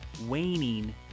waning